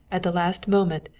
at the last moment,